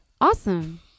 Awesome